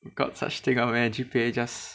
got such thing [one] meh G_P_A just